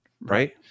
right